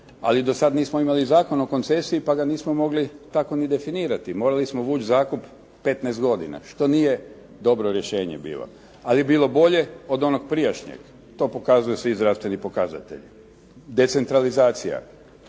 ali do sada nismo imali Zakon o koncesiji pa ga nismo mogli tako ni definirati, morali smo vući zakup 15 godina što nije dobro rješenje bilo, ali je bilo bolje od onog prijašnjeg, to pokazuju svi zdravstveni pokazatelji. Decentralizacija,